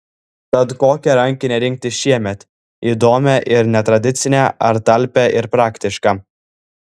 tad kokią rankinę rinktis šiemet įdomią ir netradicinę ar talpią ir praktišką